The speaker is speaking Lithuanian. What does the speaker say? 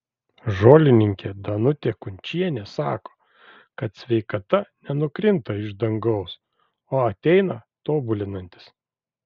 žolininkė danutė kunčienė sako kad sveikata nenukrinta iš dangaus o ateina tobulinantis